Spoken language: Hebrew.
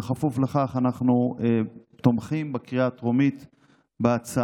בכפוף לכך אנחנו תומכים בקריאה הטרומית בהצעה,